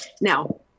Now